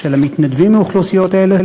של המתנדבים מאוכלוסיות אלה,